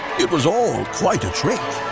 it was all quite a trick.